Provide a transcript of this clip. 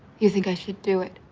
you think i should do it.